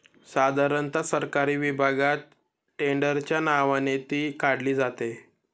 साधारणता सरकारी विभागात टेंडरच्या नावाने ती काढली जाते